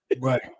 Right